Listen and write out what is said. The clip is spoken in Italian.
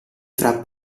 fra